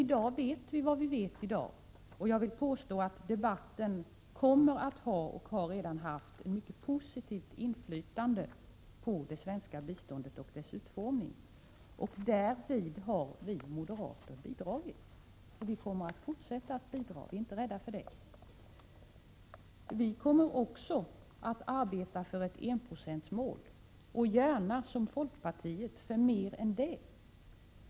I dag vet vi mer än vi gjorde då. Jag vill påstå att debatten kommer att ha — och har redan haft — ett mycket positivt inflytande på det svenska biståndet och dess utformning. Därvid har vi moderater bidragit. Vi kommer att fortsätta att bidra. Vi är inte rädda för det. Vi kommer också att arbeta för ett enprocentsmål och gärna, som folkpartiet, för mer än så.